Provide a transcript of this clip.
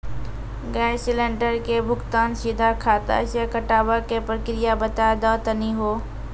Gas cylinder के भुगतान सीधा खाता से कटावे के प्रक्रिया बता दा तनी हो?